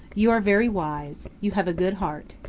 you are very wise you have a good heart.